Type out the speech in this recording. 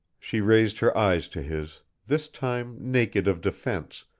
she raised her eyes to his, this time naked of defence,